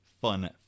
fun